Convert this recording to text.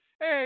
hey